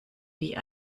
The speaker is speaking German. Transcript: wie